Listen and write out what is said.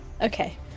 okay